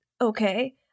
okay